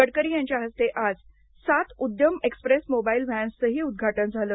गडकरी यांच्या हस्ते आज सात उद्यम एक्सप्रेस मोबाइल व्हॅन्सचंही उद्घाटन झालं